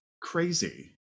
crazy